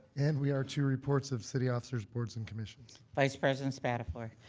and we are to reports of city officers, boards and commissions. vice president spadafore.